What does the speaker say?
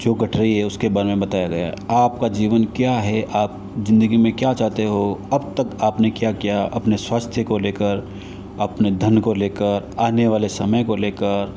जो घट रही हैं उसके बारे में बताया गया आपका जीवन क्या है आप ज़िंदगी में क्या चाहते हो अब तक आपने क्या किया अपने स्वास्थ्य को लेकर अपने धन को लेकर आने वाले समय को लेकर